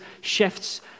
shifts